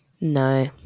No